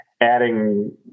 adding